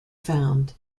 found